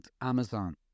Amazon